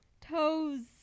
Toes